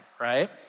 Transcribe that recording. right